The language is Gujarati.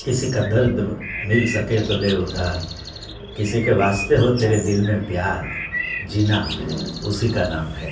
કિસી કા દર્દ મિલ સકે તો લે ઉધાર કિસી કે વાસ્તે હો તેરે દિલ મેં પ્યાર જીના ઉસી કા નામ હૈ